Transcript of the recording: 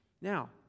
Now